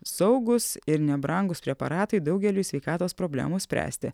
saugūs ir nebrangūs preparatai daugeliui sveikatos problemų spręsti